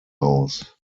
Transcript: aus